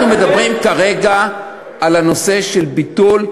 אנחנו מדברים כרגע על הנושא של ביטול.